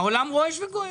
העולם רועש וגועש.